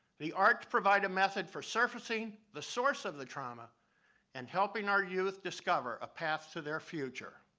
the arts provide a method for surfacing the source of the trauma and helping our youth discover a path to their future.